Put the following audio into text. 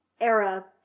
era